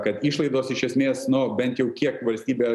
kad išlaidos iš esmės no bent jau kiek valstybė